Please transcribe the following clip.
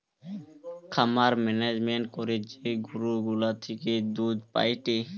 খামার মেনেজমেন্ট করে যে গরু গুলা থেকে দুধ পায়েটে